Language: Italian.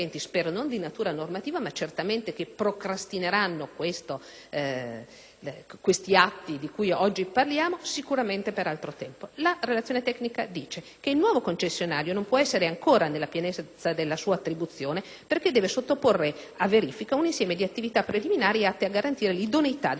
gli atti di cui oggi parliamo per altro tempo. La Relazione tecnica prevede che il nuovo concessionario non può essere ancora nella pienezza della sua attribuzione perché deve sottoporre a verifica un insieme di attività preliminari atte a garantire l'idoneità della nuova organizzazione, nonché la loro conformità a progetti presentati in gara.